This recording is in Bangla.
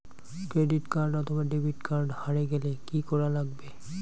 ক্রেডিট কার্ড অথবা ডেবিট কার্ড হারে গেলে কি করা লাগবে?